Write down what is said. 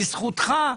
בזכותך,